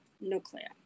nuclear